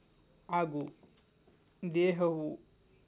ಹಾಗು ದೇಹವು